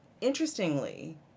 Interestingly